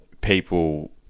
people